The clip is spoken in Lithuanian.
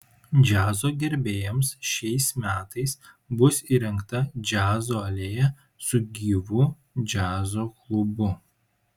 džiazo gerbėjams šiais metais bus įrengta džiazo alėja su gyvu džiazo klubu